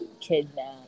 kidnapped